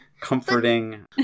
comforting